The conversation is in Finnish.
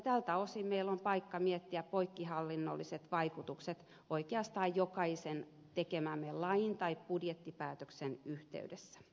tältä osin meillä on paikka miettiä poikkihallinnolliset vaikutukset oikeastaan jokaisen tekemämme lain tai budjettipäätöksen yhteydessä